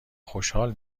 خوشحال